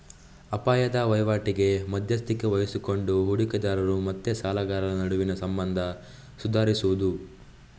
ಅಪಾಯದ ವೈವಾಟಿಗೆ ಮಧ್ಯಸ್ಥಿಕೆ ವಹಿಸಿಕೊಂಡು ಹೂಡಿಕೆದಾರರು ಮತ್ತೆ ಸಾಲಗಾರರ ನಡುವಿನ ಸಂಬಂಧ ಸುಧಾರಿಸುದು